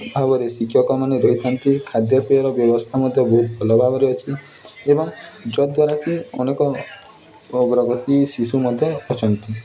ଭାବରେ ଶିକ୍ଷକମାନେ ରହିଥାନ୍ତି ଖାଦ୍ୟପେୟର ବ୍ୟବସ୍ଥା ମଧ୍ୟ ବହୁତ ଭଲ ଭାବରେ ଅଛି ଏବଂ ଯଦ୍ୱାରାକିି ଅନେକ ଅଗ୍ରଗତି ଶିଶୁ ମଧ୍ୟ ଅଛନ୍ତି